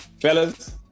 Fellas